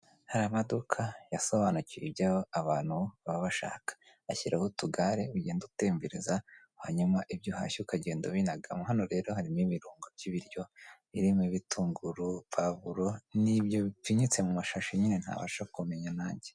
Hari amaduka yasobanukiwe ibyo abantu baba bashaka, ashyiraho utugare ugenda utembereza hanyuma ibyo uhashye ukagenda ubinagamo, hano rero harimo ibirungo by'ibiryo birimo ibitunguru, pavuro, ni ibyo bipfuyinyitse mu mashashi nyine ntabasha kumenya nanjye.